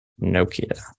nokia